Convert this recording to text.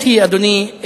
האמת היא, אדוני,